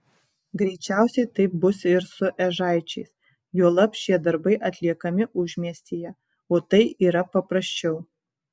greičiausiai taip bus ir su ežaičiais juolab šie darbai atliekami užmiestyje o tai yra paprasčiau